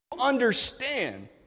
understand